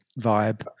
vibe